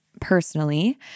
personally